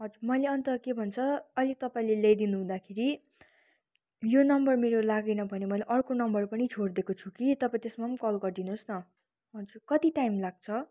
हजुर मैले अन्त के भन्छ अहिले तपाईँले ल्याइदिनु हुँदाखेरि यो नम्बर मेरो लागेन भने मलाई अर्को नम्बर पनि छोडिदिएको छु कि तपाईँ त्यसमा पनि कल गरिदिनुहोस् न हजुर कति टाइम लाग्छ